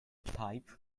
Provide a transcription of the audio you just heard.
pipe